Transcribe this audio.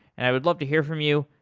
i would love to hear from you.